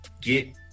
get